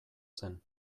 zen